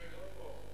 לא פה.